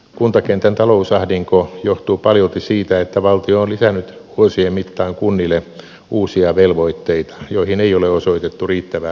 kuntakentän talousahdinko johtuu paljolti siitä että valtio on lisännyt vuosien mittaan kunnille uusia velvoitteita joihin ei ole osoitettu riittävää rahoitusta